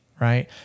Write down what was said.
right